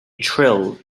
trill